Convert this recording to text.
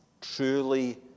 truly